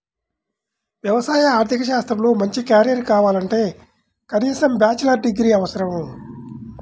వ్యవసాయ ఆర్థిక శాస్త్రంలో మంచి కెరీర్ కావాలంటే కనీసం బ్యాచిలర్ డిగ్రీ అవసరం